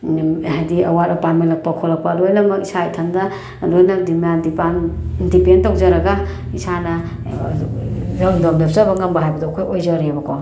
ꯍꯥꯏꯗꯤ ꯑꯋꯥꯠ ꯑꯄꯥ ꯃꯦꯜꯂꯛꯄ ꯈꯣꯠꯂꯛꯄ ꯂꯣꯏꯅꯃꯛ ꯏꯁꯥ ꯏꯊꯟꯇ ꯂꯣꯏꯅ ꯗꯤꯃꯥꯟ ꯗꯤꯄꯦꯟ ꯇꯧꯖꯔꯒ ꯏꯁꯥꯅ ꯏꯔꯣꯝꯗꯣꯝ ꯂꯦꯞꯆꯕ ꯉꯝꯕ ꯍꯥꯏꯕꯗꯣ ꯑꯩꯈꯣꯏ ꯑꯣꯏꯖꯔꯦꯕꯀꯣ